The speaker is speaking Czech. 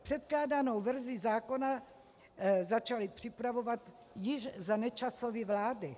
Předkládanou verzi zákona začali připravovat již za Nečasovy vlády.